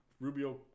Rubio